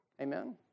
Amen